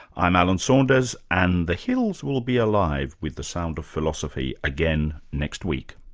i'm alan saunders and the hills will be alive with the sound of philosophy again next week